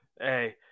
Hey